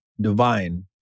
divine